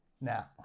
now